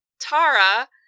Tara